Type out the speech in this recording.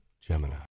Gemini